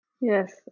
Yes